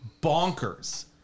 bonkers